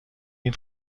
این